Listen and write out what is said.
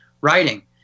writing